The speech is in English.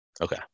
okay